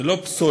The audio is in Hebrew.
זה לא פסולת,